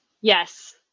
Yes